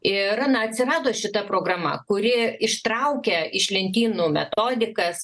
ir na atsirado šita programa kuri ištraukia iš lentynų metodikas